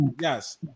Yes